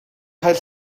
cael